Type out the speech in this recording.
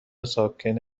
ساکن